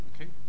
Okay